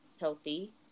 healthy